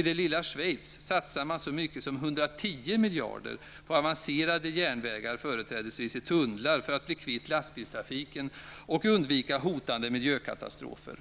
I det lilla Schweiz satsar man så mycket som 110 miljarder på avancerade järnvägar företrädesvis i tunnlar för att bli kvitt lastbilstrafiken och undvika hotande miljökatastrofer.